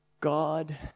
God